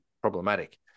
problematic